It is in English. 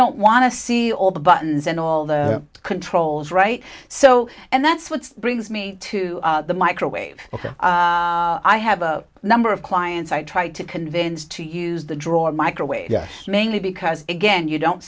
don't want to see all the buttons and all the controls right so and that's what brings me to the microwave i have a number of clients i try to convince to use the drop microwave mainly because again you don't